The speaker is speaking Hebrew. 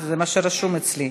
זה מה שרשום אצלי.